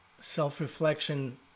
Self-reflection